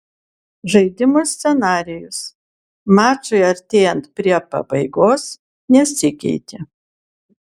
žaidimo scenarijus mačui artėjant prie pabaigos nesikeitė